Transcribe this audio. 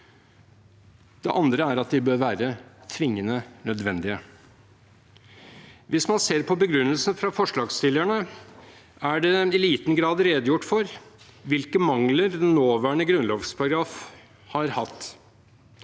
det andre er at de bør være tvingende nødvendige. Hvis man ser på begrunnelsen fra forslagsstillerne, er det i liten grad redegjort for hvilke mangler den nåværende grunnlovsparagrafen har hatt.